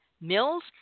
Mills